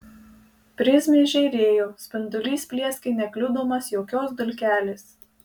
prizmės žėrėjo spindulys plieskė nekliudomas jokios dulkelės